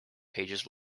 pages